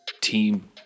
team